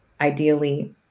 ideally